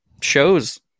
shows